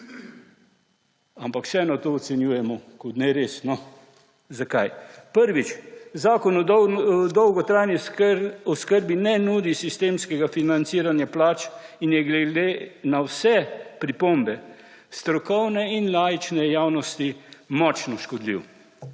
Ampak še na to ocenjujemo kot neresno. Zakaj? Prvič, zakon o dolgotrajni oskrbi ne nudi sistemskega financiranja plač in je glede na vse pripombe strokovne in laične javnosti močno škodljiv.